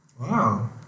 Wow